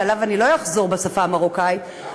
שעליו אני לא אחזור בשפה המרוקאית,